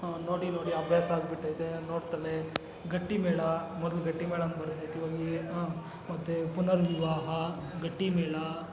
ನೋಡಿ ನೋಡಿ ಅಭ್ಯಾಸ ಆಗ್ಬಿಟೈತೆ ನೋಡ್ತಾಳೆ ಗಟ್ಟಿಮೇಳ ಮೊದ್ಲು ಗಟ್ಟಿಮೇಳ ನೋಡ್ತಾ ಇದ್ದಳು ಈ ಹಾಂ ಮತ್ತೆ ಪುನರ್ ವಿವಾಹ ಗಟ್ಟಿಮೇಳ